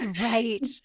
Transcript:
right